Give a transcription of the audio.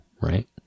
right